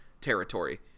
territory